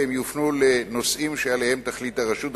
ויופנו לנושאים שעליהם תחליט הרשות,